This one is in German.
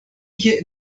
hier